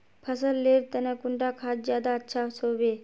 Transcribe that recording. फसल लेर तने कुंडा खाद ज्यादा अच्छा सोबे?